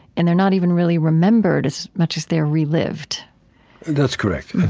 and they're not even really remembered as much as they're relived that's correct.